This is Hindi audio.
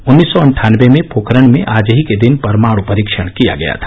उन्नीस सौ अन्ठानवे में पोखरण में आज ही के दिन परमाणु परीक्षण किया गया था